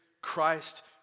Christ